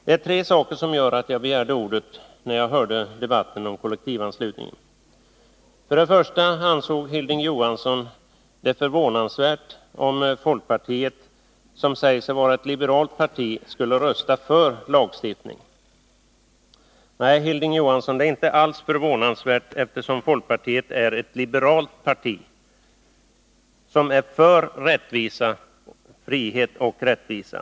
Det är tre saker som gjorde att jag begärde ordet när jag hörde debatten om kollektivanslutningen. För det första ansåg Hilding Johansson det vara förvånansvärt om folkpartiet, som säger sig vara ett liberalt parti. skulle rösta för lagstiftning. Nej, Hilding Johansson, det är inte alls förvånansvärt, eftersom folkpartiet är ett liberalt parti, som är för frihet och rättvisa.